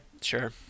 Sure